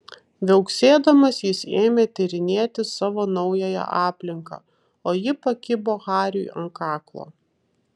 viauksėdamas jis ėmė tyrinėti savo naująją aplinką o ji pakibo hariui ant kaklo